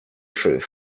truth